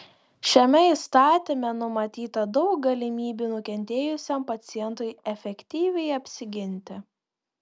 šiame įstatyme numatyta daug galimybių nukentėjusiam pacientui efektyviai apsiginti